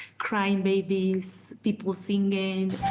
crying babies, people singing.